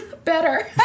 better